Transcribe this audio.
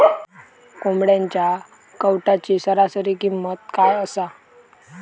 कोंबड्यांच्या कावटाची सरासरी किंमत काय असा?